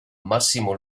massimo